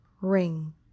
ring